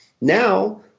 Now